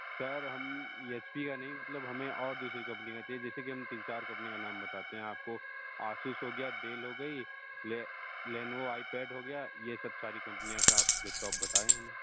sir हम H P का नहीं मतलब हमें और दूसरी कम्पनी का चाहिए जैसे की हम तीन चार कम्पनी का नाम बताते है आपको आसुस हो गया डैल हो गई लेनोवो आईपैड हो गया ये सब सारी कम्पनियाँ आप लैपटॉप बताए हमें